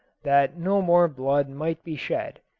that no more blood might be shed.